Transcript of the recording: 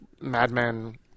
madman